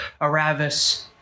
Aravis